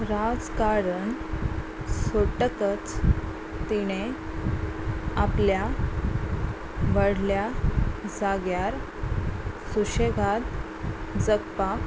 राजकारण सोडटकच तिणें आपल्या व्हडल्या जाग्यार सुशेगाद जगपाक